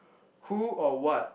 who or what